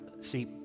see